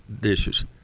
dishes